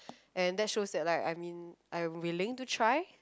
and that shows that like I mean I will willing to try